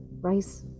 rice